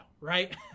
right